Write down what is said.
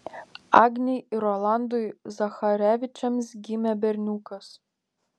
agnei ir rolandui zacharevičiams gimė berniukas